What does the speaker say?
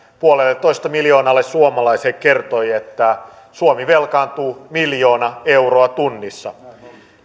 puolelletoista miljoonalle suomalaiselle kertoi että suomi velkaantuu miljoona euroa tunnissa